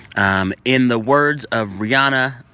um in the words of rihanna,